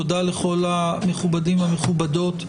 תודה לכל המכובדים והמכובדות,